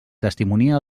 testimonia